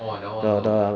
orh I that one also